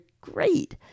great